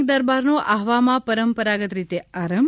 ડાંગ દરબારનો આહવામાં પરંપરાગત રીતે આરંભ